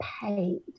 paid